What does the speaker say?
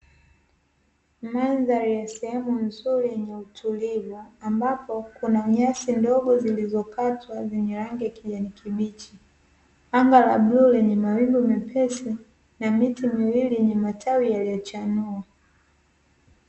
Mandhari ya sehemu nzuri yenye utulivu, ambapo kuna nyasi ndogo zilizokatwa zenye rangi ya kijani kibichi; anga la bluu lenye mawingu mepesi na miti miwili yenye matawi yaliyo chanua.